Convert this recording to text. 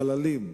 חללים,